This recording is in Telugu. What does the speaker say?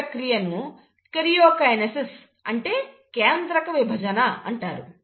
ఈ ప్రక్రియను కెరియోకైనెసిస్ అంటే కేంద్రకవిభజన అంటారు